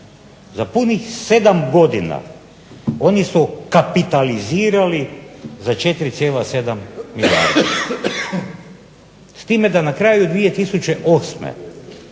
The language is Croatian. Za punih sedam godina oni su kapitalizirali za 4,7 milijardi s time da na kraju 2008.